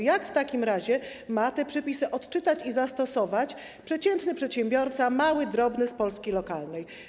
Jak w takim razie ma te przepisy odczytać i zastosować przeciętny przedsiębiorca - mały, drobny z Polski lokalnej?